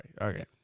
Okay